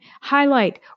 Highlight